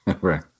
Right